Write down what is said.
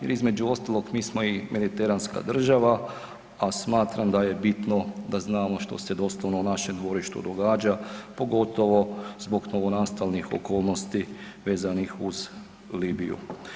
Jer između ostalog mi smo i mediteranska država, a smatram da je bitno da znamo što se doslovno u našem dvorištu događa pogotovo zbog novonastalih okolnosti vezanih uz Libiju.